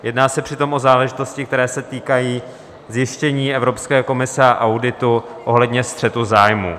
Jedná se přitom o záležitosti, které se týkají zjištění Evropské komise a auditu ohledně střetu zájmů.